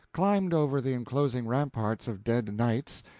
climbed over the enclosing ramparts of dead knights,